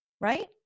right